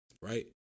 right